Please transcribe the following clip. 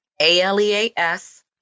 A-L-E-A-S